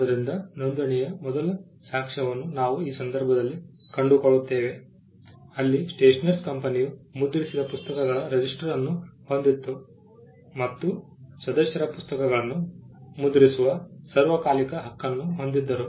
ಆದ್ದರಿಂದ ನೋಂದಣಿಯ ಮೊದಲ ಸಾಕ್ಷ್ಯವನ್ನು ನಾವು ಈ ಸಂದರ್ಭದಲ್ಲಿ ಕಂಡುಕೊಳ್ಳುತ್ತೇವೆ ಅಲ್ಲಿ ಸ್ಟೇಷನರ್ಸ್ ಕಂಪನಿಯು ಮುದ್ರಿಸಿದ ಪುಸ್ತಕಗಳ ರಿಜಿಸ್ಟರ್ ಅನ್ನು ಹೊಂದಿತ್ತು ಮತ್ತು ಸದಸ್ಯರು ಪುಸ್ತಕಗಳನ್ನು ಮುದ್ರಿಸುವ ಸಾರ್ವಕಾಲಿಕ ಹಕ್ಕನ್ನು ಹೊಂದಿದ್ದರು